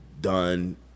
done